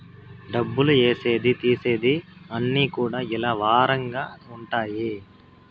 డబ్బులు ఏసేది తీసేది అన్ని కూడా ఇలా వారంగా ఉంటాయి